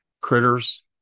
Critters